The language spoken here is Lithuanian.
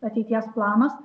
ateities planas